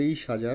তেইশ হাজার